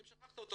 ואם שכחת?